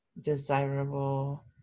desirable